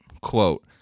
quote